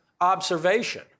observation